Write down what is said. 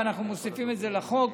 ואנחנו מוסיפים את זה לחוק.